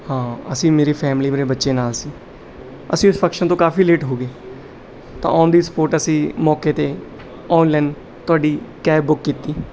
ਹਾਂ ਅਸੀਂ ਮੇਰੀ ਫੈਮਿਲੀ ਮੇਰੇ ਬੱਚੇ ਨਾਲ ਸੀ ਅਸੀਂ ਉਸ ਫੰਕਸ਼ਨ ਤੋਂ ਕਾਫ਼ੀ ਲੇਟ ਹੋ ਗਏ ਤਾਂ ਔਨ ਦੀ ਸਪੋਟ ਅਸੀਂ ਮੌਕੇ 'ਤੇ ਔਨਲਾਈਨ ਤੁਹਾਡੀ ਕੈਬ ਬੁੱਕ ਕੀਤੀ